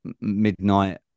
midnight